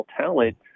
talent